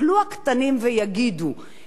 אם אלה הגדולים עושים זאת,